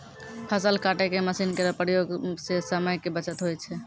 फसल काटै के मसीन केरो प्रयोग सें समय के बचत होय छै